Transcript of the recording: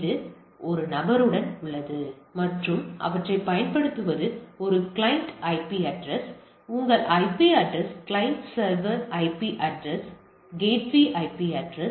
இது ஒரு நபருடன் உள்ளது மற்றும் அவற்றைப் பயன்படுத்துவது ஒரு கிளையன்ட் ஐபி அட்ரஸ் உங்கள் IP address client server IP address gateway IP address